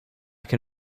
can